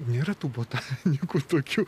nėra tų botanikų tokių